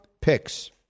picks